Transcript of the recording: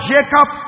Jacob